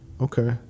okay